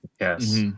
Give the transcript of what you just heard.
Yes